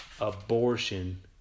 abortion